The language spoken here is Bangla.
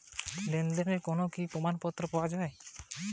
ইউ.পি.আই এর মাধ্যমে টাকা লেনদেনের কোন কি প্রমাণপত্র পাওয়া য়ায়?